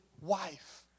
wife